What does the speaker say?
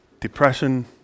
depression